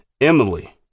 Emily